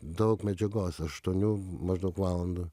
daug medžiagos aštuonių maždaug valandų